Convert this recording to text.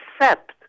accept